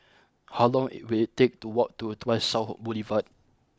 how long it will take to walk to Tuas South Boulevard